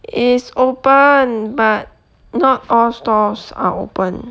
it is open but not all stores are open